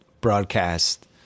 broadcast